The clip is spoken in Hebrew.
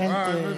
אדוני.